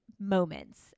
moments